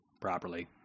properly